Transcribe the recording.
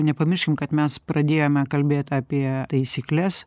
nepamirškim kad mes pradėjome kalbėt apie taisykles